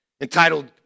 entitled